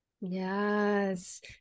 Yes